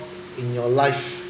in your life